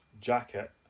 jacket